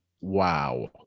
Wow